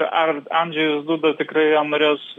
ar andžejus duda tikrai jam norės